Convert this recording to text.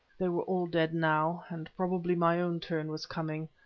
they were all dead now, and probably my own turn was coming,